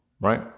right